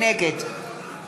נגד